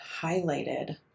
highlighted